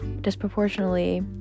disproportionately